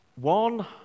One